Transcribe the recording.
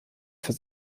für